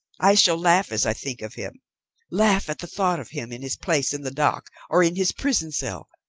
i shall laugh as i think of him laugh at the thought of him in his place in the dock, or in his prison cell.